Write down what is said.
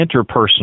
interpersonal